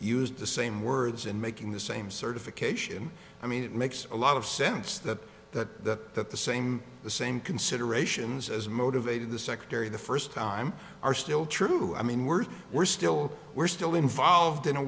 used the same words and making the same certification i mean it makes a lot of sense that that that the same the same considerations as motivating the secretary the first time are still true i mean we're we're still we're still involved in a